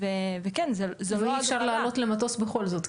ואי אפשר לעלות על מטוס בכל זאת,